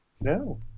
No